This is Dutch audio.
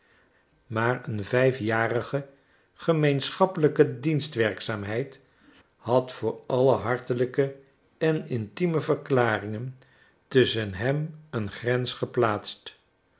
maar een vijfjarige gemeenschappelijke dienstwerkzaamheid had voor alle hartelijke en intieme verklaringen tusschen hem een grens geplaatst